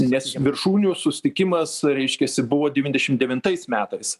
nes viršūnių susitikimas reiškiasi buvo devyniasdešim devintais metais